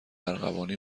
ارغوانی